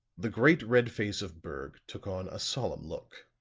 the great red face of berg took on a solemn look.